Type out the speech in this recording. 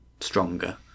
stronger